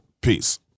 Peace